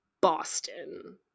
Boston